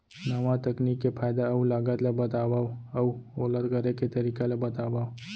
नवा तकनीक के फायदा अऊ लागत ला बतावव अऊ ओला करे के तरीका ला बतावव?